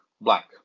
black